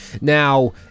Now